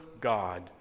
God